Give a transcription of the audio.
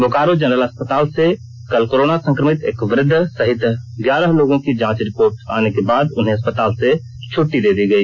Bokaro general अस्पताल से कल कोरोना संक्रमित एक वृद्ध सहित ग्यारह लोगों की जांच रिपोर्ट आने के बाद उन्हें अस्पताल से छुट्टी दे दी गई